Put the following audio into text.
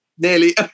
Nearly